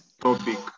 topic